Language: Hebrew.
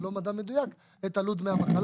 זה לא מדע מדויק את עלות דמי המחלה.